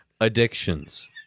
Addictions